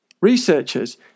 Researchers